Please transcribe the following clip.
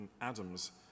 Adams